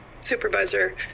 supervisor